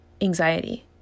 anxiety